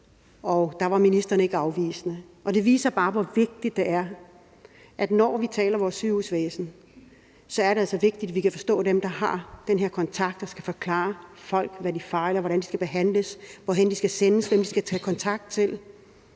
Og der var ministeren ikke afvisende. Det viser bare, hvor vigtigt det er, når vi taler om vores sygehusvæsen, at vi kan forstå dem, der har den her kontakt med folk og skal forklare dem, hvad de fejler, hvordan de skal behandles, hvor de skal sendes hen, og hvem de skal tage kontakt til.